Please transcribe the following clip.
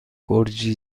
گرجی